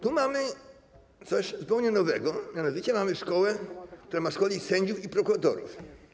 Tu mamy coś zupełnie nowego, a mianowicie mamy szkołę, która ma szkolić sędziów i prokuratorów.